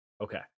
Okay